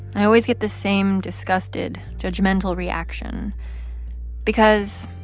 i always get the same disgusted, judgmental reaction because,